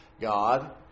God